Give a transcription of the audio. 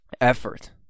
effort